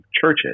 churches